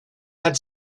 had